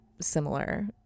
similar